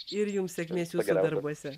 ir jums sėkmės jūsų darbuose